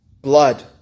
Blood